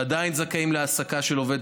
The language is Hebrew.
ועדיין זכאים להעסקה של עובד,